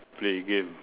play game